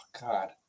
God